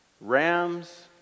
Rams